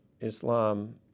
Islam